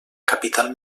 capital